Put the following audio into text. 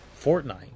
Fortnite